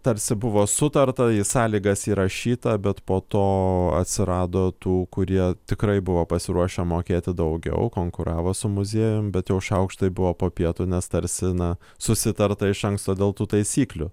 tarsi buvo sutarta į sąlygas įrašyta bet po to atsirado tų kurie tikrai buvo pasiruošę mokėti daugiau konkuravo su muziejum bet jau šaukštai buvo po pietų nes tarsi na susitarta iš anksto dėl tų taisyklių